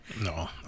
No